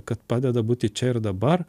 kad padeda būti čia ir dabar